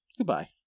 goodbye